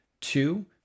Two